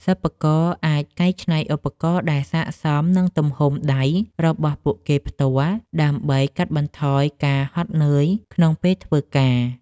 សិប្បករអាចកែច្នៃឧបករណ៍ដែលស័ក្តិសមនឹងទំហំដៃរបស់ពួកគេផ្ទាល់ដើម្បីកាត់បន្ថយការហត់នឿយក្នុងពេលធ្វើការ។